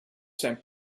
zijn